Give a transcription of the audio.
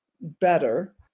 better